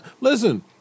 Listen